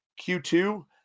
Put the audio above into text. Q2